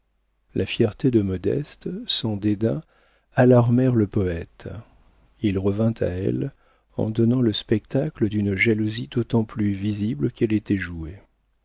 la fierté de modeste son dédain alarmèrent le poëte il revint à elle en donnant le spectacle d'une jalousie d'autant plus visible qu'elle était jouée